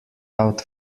out